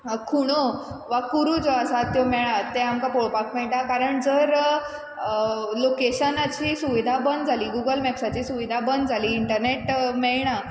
खुणो वा कुरू ज्यो आसा त्यो मेळा तें आमकां पळोवपाक मेळटा कारण जर लोकेशनाची सुविधा बंद जाली गुगल मेप्साची सुविधा बंद जाली इंटरनेट मेळना